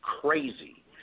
crazy